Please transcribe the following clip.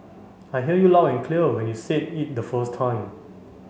I hear you loud and clear when you said it the first time